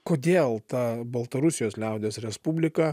kodėl ta baltarusijos liaudies respublika